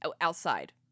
outside